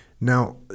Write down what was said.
Now